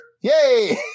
Yay